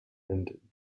nennt